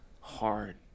hard